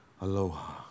Aloha